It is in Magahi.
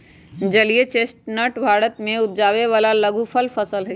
जलीय चेस्टनट भारत में उपजावे वाला लघुफल फसल हई